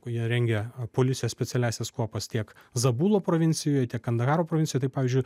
jie rengia policijos specialiąsias kuopas tiek zabulo provincijoje tiek kandararo provincijoje pavyzdžiui